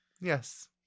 Yes